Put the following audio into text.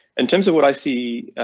in terms of what i see, ah,